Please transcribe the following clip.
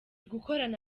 gukorana